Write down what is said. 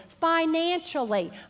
financially